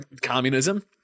Communism